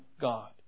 God